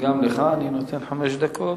גם לך אני נותן חמש דקות.